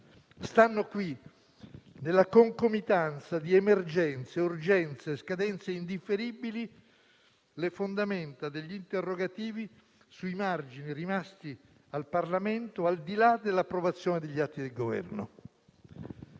Stanno qui, nella concomitanza di emergenze, urgenze e scadenze indifferibili, le fondamenta degli interrogativi sui margini rimasti al Parlamento, al di là dell'approvazione degli atti del Governo.